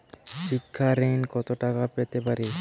শিক্ষা ঋণ কত টাকা পেতে পারি?